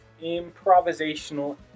improvisational